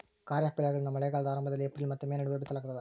ಖಾರಿಫ್ ಬೆಳೆಗಳನ್ನ ಮಳೆಗಾಲದ ಆರಂಭದಲ್ಲಿ ಏಪ್ರಿಲ್ ಮತ್ತು ಮೇ ನಡುವೆ ಬಿತ್ತಲಾಗ್ತದ